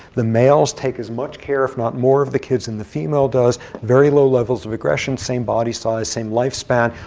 the males take as much care, if not more, of the kids than the female does. very low levels of aggression. same body size, same lifespan.